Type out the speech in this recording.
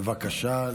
בבקשה.